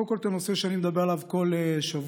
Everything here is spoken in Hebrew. קודם כול הנושא שאני מדבר עליו כל שבוע,